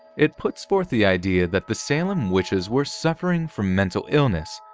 it puts forth the idea that the salem witches were suffering from mental illness,